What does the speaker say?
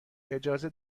اجازه